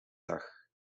dag